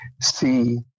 see